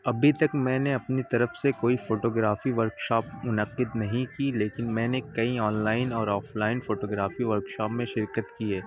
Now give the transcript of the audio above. ابھی تک میں نے اپنی طرف سے کوئی فوٹوگرافی ورکشاپ منعقد نہیں کی لیکن میں نے کئی آنلائن اور آفلائن فوٹوگرافی ورکشاپ میں شرکت کی ہے